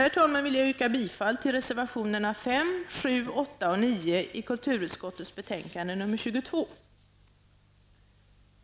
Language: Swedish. Med detta vill jag yrka bifall till reservationerna 5, 7, 8 och 9 i kulturutskottets betänkande nr 22. Herr talman!